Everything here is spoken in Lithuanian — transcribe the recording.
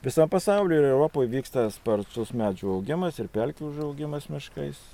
visam pasauly ir europoj vyksta spartus medžių augimas ir pelkių užaugimas miškais